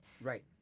Right